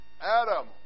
Adam